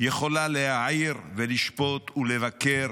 יכולה להעיר ולשפוט ולבקר